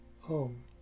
Home